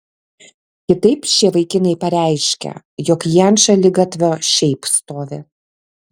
kitaip šie vaikinai pareiškia jog jie ant šaligatvio šiaip stovi